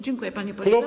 Dziękuję, panie pośle.